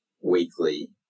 weekly